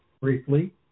briefly